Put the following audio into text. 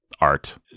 art